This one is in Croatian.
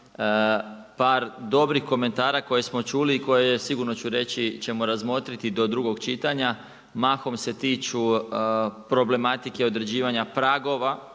par dobrih komentara koje smo čuli i koje sigurno ću reći ćemo razmotriti do drugog čitanja. Mahom se tiču problematike određivanja pragova